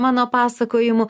mano pasakojimų